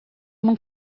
não